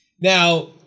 Now